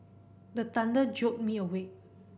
the thunder jolt me awake